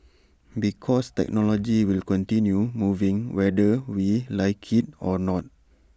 because technology will continue moving whether we like IT or not